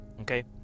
Okay